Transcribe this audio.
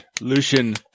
Lucian